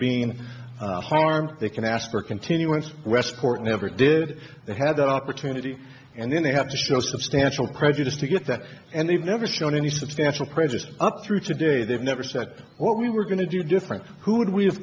being harmed they can ask for a continuance westport never did they had that opportunity and then they have to show substantial prejudice to get that and they've never shown any substantial presence up through today they've never said what we were going to do different who w